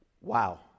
wow